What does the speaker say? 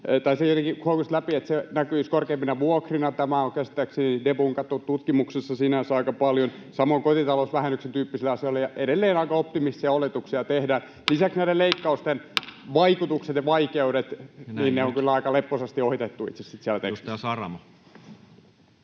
tai se jotenkin huokui siitä läpi, että esimerkiksi asumistuki näkyisi korkeampina vuokrina. Tätä on käsittääkseni debunkattu tutkimuksissa sinänsä aika paljon. Samoin kotitalousvähennyksen tyyppisille asioille edelleen aika optimistisia oletuksia tehdään. Lisäksi näiden leikkausten vaikutukset ja vaikeudet on kyllä aika leppoisasti ohitettu itse siellä tekstissä.